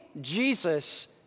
Jesus